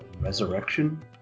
Resurrection